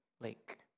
lake